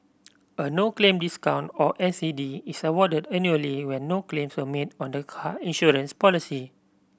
a no claim discount or N C D is awarded annually when no claims were made on the car insurance policy